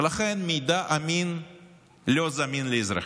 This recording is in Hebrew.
ולכן מידע אמין לא זמין לאזרחים.